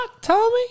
Tommy